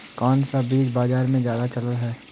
कोन सा बीज बाजार में ज्यादा चलल है?